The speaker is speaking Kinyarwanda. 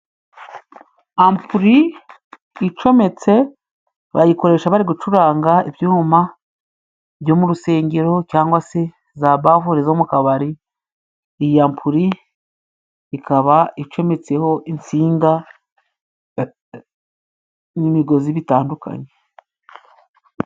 Ampuli icometse bayikoresha bari gucuranga ibyuma byo mu rusengero, cyangwa se za bafule zo mu kabari. Iyi ampuri ikaba icometseho insinga n'imigozi bitandukanye.